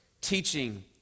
teaching